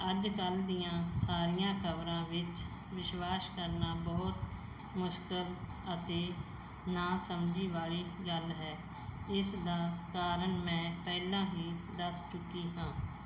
ਅੱਜ ਕੱਲ੍ਹ ਦੀਆਂ ਸਾਰੀਆਂ ਖਬਰਾਂ ਵਿੱਚ ਵਿਸ਼ਵਾਸ ਕਰਨਾ ਬਹੁਤ ਮੁਸ਼ਕਿਲ ਅਤੇ ਨਾ ਸਮਝੀ ਵਾਲੀ ਗੱਲ ਹੈ ਇਸ ਦਾ ਕਾਰਨ ਮੈਂ ਪਹਿਲਾਂ ਹੀ ਦੱਸ ਚੁੱਕੀ ਹਾਂ